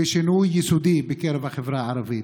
ושינוי יסודי בקרב החברה הערבית.